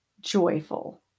joyful